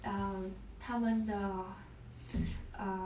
um 他们的 err